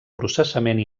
processament